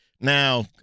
Now